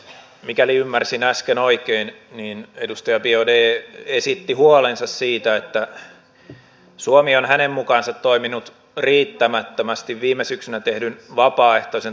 mikäli ymmärsin äsken oikein niin edustaja biaudet esitti huolensa siitä että suomi on hänen mukaansa toiminut riittämättömästi viime syksynä tehdyn vapaaehtoisen taakanjakomekanismin suhteen